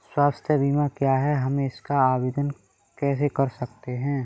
स्वास्थ्य बीमा क्या है हम इसका आवेदन कैसे कर सकते हैं?